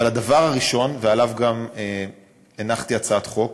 אבל הדבר הראשון, וגם הנחתי הצעת חוק